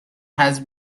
has